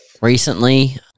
Recently